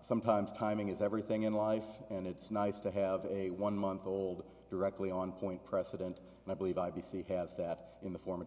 sometimes timing is everything in life and it's nice to have a one month old directly on point precedent and i believe i b c has that in the form of